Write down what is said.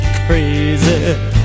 crazy